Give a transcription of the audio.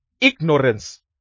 ignorance